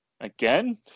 Again